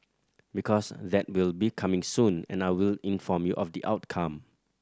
because that will be coming soon and I will inform you of the outcome